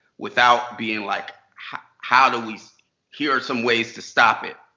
without being like how how do we here are some ways to stop it.